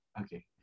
okay